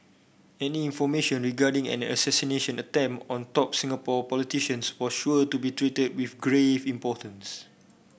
any information regarding an assassination attempt on top Singapore politicians was sure to be treated with grave importance